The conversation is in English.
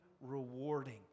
rewarding